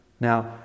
Now